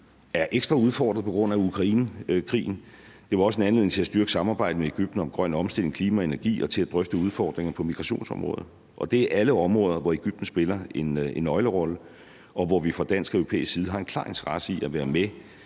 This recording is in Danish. er ekstra udfordret på grund af Ukrainekrigen. Det var også en anledning til at styrke samarbejdet med Egypten om grøn omstilling, klima og energi og til at drøfte udfordringer på migrationsområdet. Det er alle områder, hvor Egypten spiller en nøglerolle, og hvor vi fra dansk og europæisk side har en klar interesse i at være med